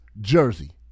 jersey